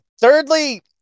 Thirdly